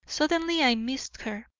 suddenly i missed her.